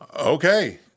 okay